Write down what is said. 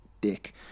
dick